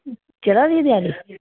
चला दी त्यारी